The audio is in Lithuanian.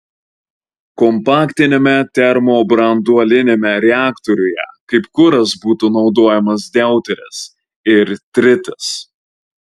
kompaktiniame termobranduoliniame reaktoriuje kaip kuras būtų naudojamas deuteris ir tritis